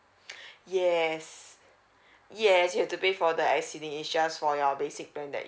yes yes you have to pay for that as initial for your basic plan that